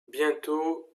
bientôt